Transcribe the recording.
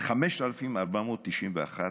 טופלו על פי חוק 5,491